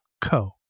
co